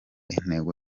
intego